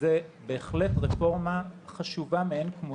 זאת באמת רפורמה חשובה מאין כמותה.